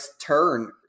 turn